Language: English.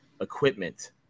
equipment